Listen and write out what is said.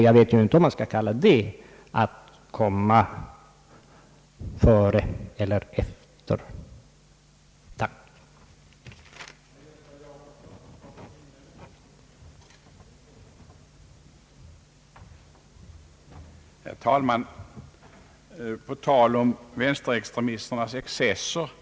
Jag vet inte om man kan kalla det att centern kommer efter, sådana gånger.